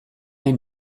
nahi